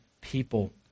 people